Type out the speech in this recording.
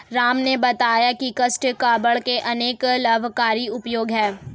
राम ने बताया की काष्ठ कबाड़ के अनेक लाभकारी उपयोग हैं